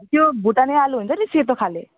त्यो भुटाने आलु हुन्छ नि सेतो खाले